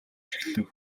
эхлэв